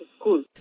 school